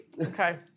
Okay